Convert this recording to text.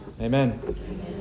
Amen